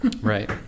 Right